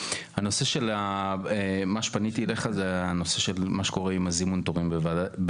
הנושא של מה שפניתי אליך זה הנושא של מה שקורה עם הזימון תורים במשרד